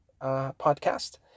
podcast